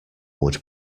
would